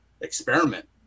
experiment